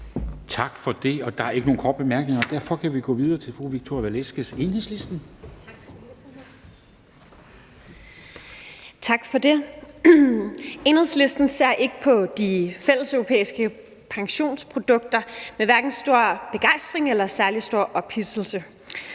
Tak for det. Der er ikke nogen korte bemærkninger. Derfor kan vi gå videre til fru Victoria Velasquez, Enhedslisten. Kl. 13:25 (Ordfører) Victoria Velasquez (EL): Tak for det. Enhedslisten ser hverken på de fælleseuropæiske pensionsprodukter med stor begejstring eller særlig stor ophidselse.